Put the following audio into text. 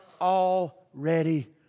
already